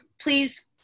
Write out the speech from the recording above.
please